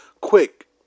quick